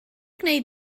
gwneud